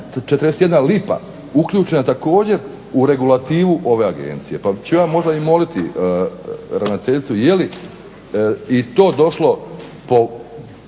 41 lipa uključena također u regulativu ove agencije. Pa ću ja možda i moliti ravnateljicu jeli i to došlo po